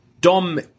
Dom